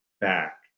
back